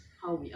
ya